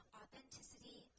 authenticity